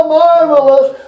marvelous